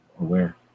aware